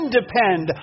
depend